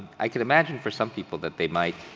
i could imagine for some people that they might,